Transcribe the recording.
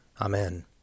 Amen